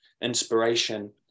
inspiration